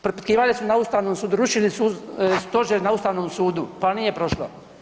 Propitkivali su na Ustavnom sudu, rušili su stožer na Ustavnom sudu, pa nije prošlo.